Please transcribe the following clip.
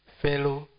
fellow